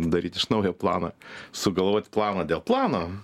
darytis naują planą sugalvot planą dėl plano